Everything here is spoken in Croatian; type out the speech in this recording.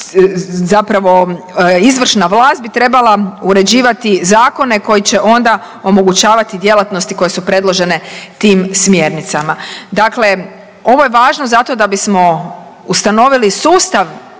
zapravo izvršna vlast bi trebala uređivati zakone koji će onda omogućavati djelatnosti koje su predložene tim smjernicama. Dakle ovo je važno zato da bismo ustanovili sustav